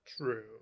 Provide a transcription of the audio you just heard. True